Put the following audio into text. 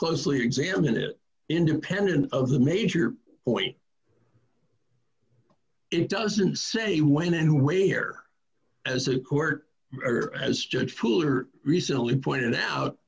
closely examine it independent of the major point it doesn't say when and who way here as a court or as judge pooler recently pointed out